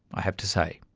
i have to say.